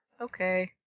Okay